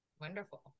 Wonderful